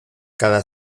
cada